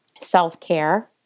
Self-care